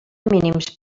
mínims